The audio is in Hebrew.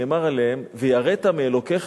נאמר עליהן: "ויראת מאלוקיך,